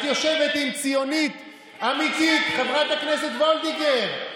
את יושבת עם ציונית אמיתית, חברת הכנסת וולדיגר.